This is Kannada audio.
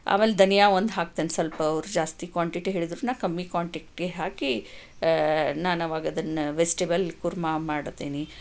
ಆಮೇಲೆ ಧನಿಯಾ ಒಂದು ಹಾಕ್ತೀನಿ ಸ್ವಲ್ಪ ಅವರು ಜಾಸ್ತಿ ಕ್ವಾಂಟಿಟಿ ಹೇಳಿದರೂ ನಾನು ಕಮ್ಮಿ ಕ್ವಾಂಟಿಟಿ ಹಾಕಿ ನಾನು ಆವಾಗ ಅದನ್ನು ವೆಜ್ಟೇಬಲ್ ಕೂರ್ಮ ಮಾಡ್ತೀನಿ